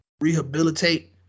rehabilitate